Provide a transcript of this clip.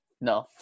no